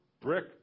brick